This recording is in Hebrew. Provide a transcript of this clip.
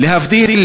להבדיל